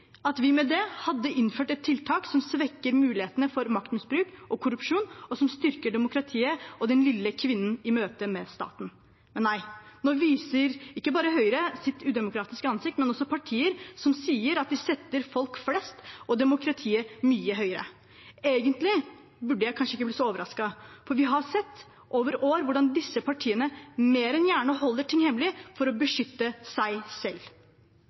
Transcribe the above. at vi med det hadde innført et tiltak som svekker mulighetene for maktmisbruk og korrupsjon, og som styrker demokratiet og den lille kvinne i møte med staten. Men nei, nå viser ikke bare Høyre sitt udemokratiske ansikt, men også partier som sier at de setter folk flest og demokratiet mye høyere. Egentlig burde jeg kanskje ikke bli så overrasket, for vi har sett over år hvordan disse partiene mer enn gjerne holder ting hemmelig for å beskytte seg selv.